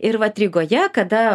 ir vat rygoje kada